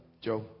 Joe